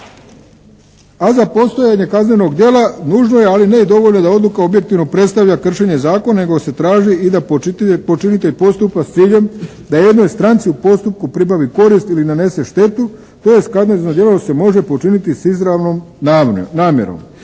a za postojanje kaznenog djela nužno je ali ne i dovoljno da odluka objektivno predstavlja kršenje zakona nego se traži i da počinitelj postupa s ciljem da jednoj strani u postupku pribavi korist ili nanese štetu tj. kazneno djelo se može počiniti s izravnom namjerom.